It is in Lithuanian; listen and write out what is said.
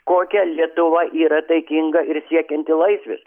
kokia lietuva yra taikinga ir siekianti laisvės